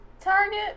target